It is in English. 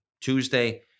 Tuesday